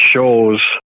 shows